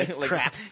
crap